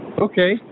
okay